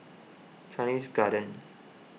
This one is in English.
Chinese Garden